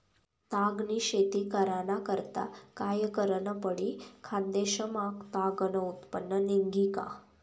ताग नी शेती कराना करता काय करनं पडी? खान्देश मा ताग नं उत्पन्न निंघी का